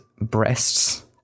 breasts